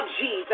Jesus